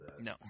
No